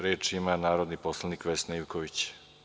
Reč ima narodni poslanik Vesna Ivković.